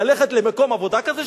מי שרוצה ללכת למקום עבודה כזה,